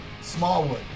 Smallwood